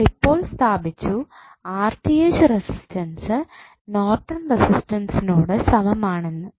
നമ്മളിപ്പോൾ സ്ഥാപിച്ചു resistance Norton റെസിസ്റ്റൻസ്നോട് സമമാണെന്ന്